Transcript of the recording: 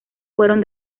fueron